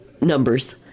numbers